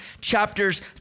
Chapters